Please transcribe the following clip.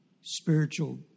spiritual